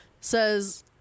Says